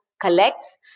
collects